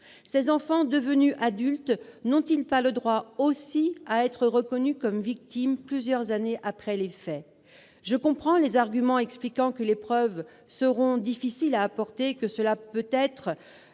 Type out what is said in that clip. Ces enfants devenus adultes n'ont-ils pas le droit, aussi, d'être reconnus comme victimes plusieurs années après les faits ? Je comprends les arguments expliquant que les preuves seront difficiles à apporter et que cela sera peut-être